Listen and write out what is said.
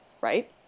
right